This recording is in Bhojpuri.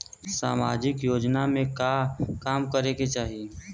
सामाजिक योजना में का काम करे के चाही?